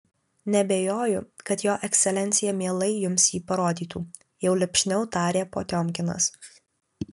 neabejoju kad jo ekscelencija mielai jums jį parodytų jau lipšniau tarė potiomkinas